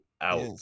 out